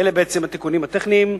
אלה בעצם התיקונים הטכניים.